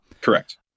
Correct